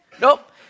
Nope